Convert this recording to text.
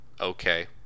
okay